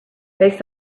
based